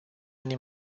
ani